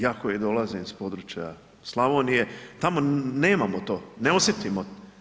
Ja koji dolazim iz područja Slavonije, tamo nemamo to, ne osjetimo.